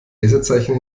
lesezeichen